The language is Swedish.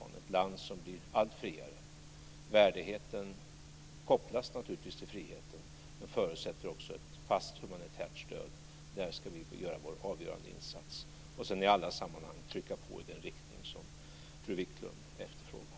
Det är ett land som blir allt friare. Värdigheten kopplas naturligtvis till friheten, men den förutsätter också ett fast humanitärt stöd. Där ska vi göra vår avgörande insats och sedan i alla sammanhang trycka på i den riktning som fru Viklund efterfrågar.